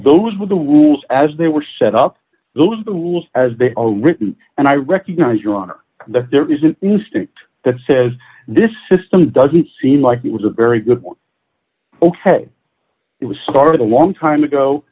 those were the rules as they were set up those rules as they are written and i recognize your honor that there is an instinct that says this system doesn't seem like it was a very good ok it was started a long time ago